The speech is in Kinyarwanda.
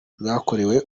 ryakorewe